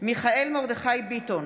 מיכאל מרדכי ביטון,